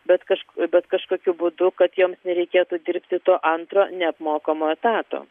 bet kažk bet kažkokiu būdu kad joms nereikėtų dirbti to antro neapmokamo etato